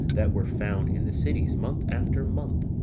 that were found in the cities month after month.